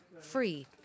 free